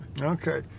Okay